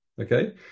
Okay